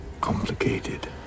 complicated